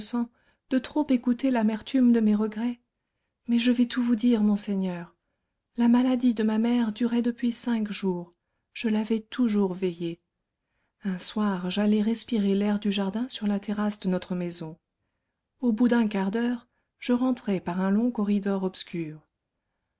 de trop écouter l'amertume de mes regrets mais je vais tout vous dire monseigneur la maladie de ma mère durait depuis cinq jours je l'avais toujours veillée un soir j'allai respirer l'air du jardin sur la terrasse de notre maison au bout d'un quart d'heure je rentrai par un long corridor obscur